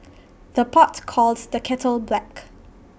the pot calls the kettle black